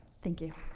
thank you.